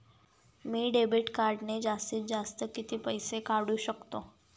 मी debit कार्डने जास्तीत जास्त किती पैसे काढू शकतो?